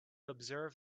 observe